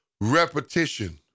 repetition